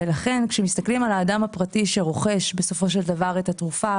ולכן כשמסתכלים על האדם הפרטי שרוכש בסופו של דבר את התרופה,